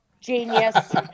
genius